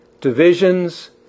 divisions